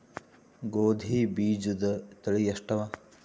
ಗೋಧಿ ಬೀಜುದ ತಳಿ ಎಷ್ಟವ?